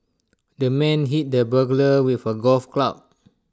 the man hit the burglar with A golf club